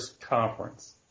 conference